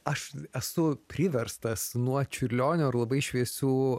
aš esu priverstas nuo čiurlionio ir labai šviesių